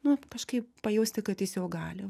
nu kažkaip pajausti kad jis jau gali